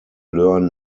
learn